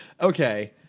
Okay